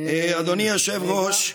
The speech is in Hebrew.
אדוני היושב-ראש,